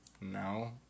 No